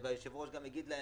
והיושב ראש גם יגיד להם,